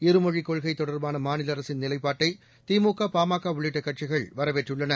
இருமொழிக் கொள்கை தொடர்பான மாநில அரசின் நிலைப்பாட்டை திமுக பாமக உள்ளிட்ட கட்சிகள் வரவேற்றுள்ளன